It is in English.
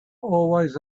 always